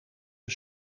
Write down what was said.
een